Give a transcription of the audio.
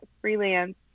freelance